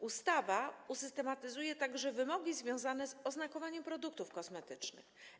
Ustawa usystematyzuje także wymogi związane z oznakowaniem produktów kosmetycznych.